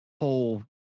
whole